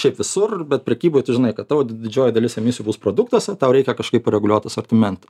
šiaip visur bet prekyboj tu žinai kad tavo didžioji dalis emisijų bus produktas o tau reikia kažkaip reguliuot asortimentą